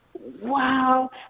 Wow